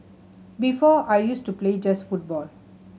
before I used to play just football